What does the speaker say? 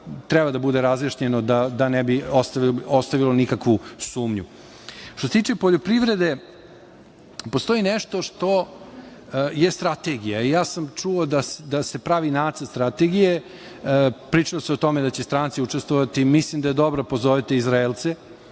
treba da bude razjašnjeno da ne bi ostavilo nikakvu sumnju. Što se tiče poljoprivrede, postoji nešto što je strategija i ja sam čuo da se pravi nacrt strategije, pričalo se o tome da će stranci učestvovati, mislim da je dobro pozovite Izraelce,